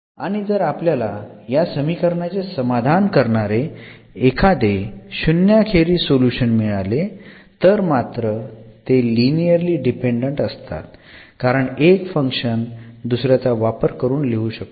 आणि जर आपल्याला या समीकरणाचे समाधान करणारे एखादे शुन्याखेरीज सोल्युशन मिळाले तर मात्र ते लिनिअरली डिपेंडंट असतात कारण एक फंक्शन दुसऱ्याचा वापर करून लिहू शकतो